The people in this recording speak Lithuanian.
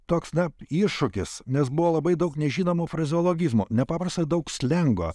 toks na iššūkis nes buvo labai daug nežinomų frazeologizmų nepaprastai daug slengo